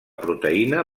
proteïna